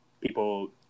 people